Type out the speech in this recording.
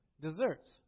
desserts